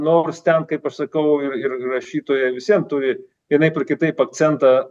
nors ten kaip aš sakau ir ir rašytojai vis vien turi vienaip ar kitaip akcentą